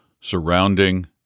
surrounding